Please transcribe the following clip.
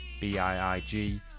B-I-I-G